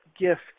gift